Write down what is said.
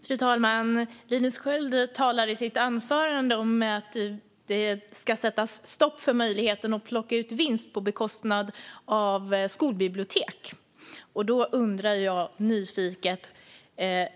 Fru talman! Linus Sköld talar i sitt anförande om att det ska sättas stopp för möjligheten att plocka ut vinst på bekostnad av skolbibliotek.